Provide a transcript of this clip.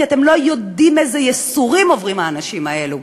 כי אתם לא יודעים איזה ייסורים עוברים האנשים האלה.